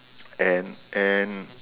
and and